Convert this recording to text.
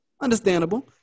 Understandable